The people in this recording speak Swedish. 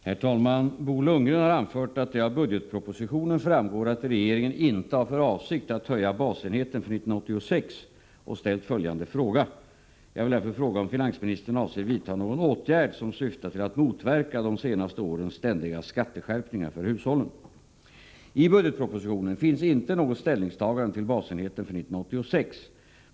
Herr talman! Bo Lundgren har anfört att det av budgetpropositionen framgår att regeringen inte har för avsikt att höja basenheten för 1986 och ställt följande fråga: ”Jag vill därför fråga om finansministern avser vidta någon åtgärd som syftar till att motverka de senaste årens ständiga skatteskärpningar för hushållen.” I budgetpropositionen finns inte något ställningstagande till basenheten för 1986.